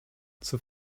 zur